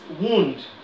wound